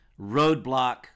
roadblock